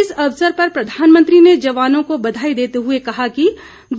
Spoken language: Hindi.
इस अवसर पर प्रधानमंत्री ने जवानों को बधाई देते हुए कहा कि